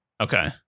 Okay